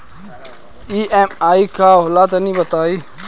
EMI का होला तनि बताई?